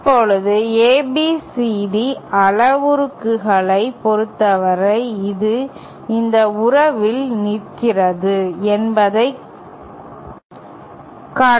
இப்போது ABCD அளவுருக்களைப் பொறுத்தவரை இது இந்த உறவில் நிற்கிறது என்பதைக் காட்டலாம்